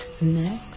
Next